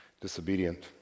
disobedient